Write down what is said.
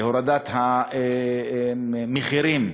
להורדת מחירים,